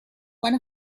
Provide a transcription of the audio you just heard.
one